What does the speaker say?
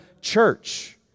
church